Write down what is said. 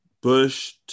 Bush